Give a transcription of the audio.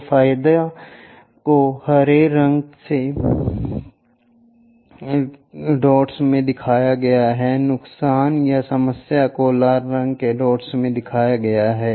तो फायदे को हरे रंग के डॉट्स में दिखाया गया है नुकसान या समस्याओं को लाल रंग के डॉट्स में दिखाया गया है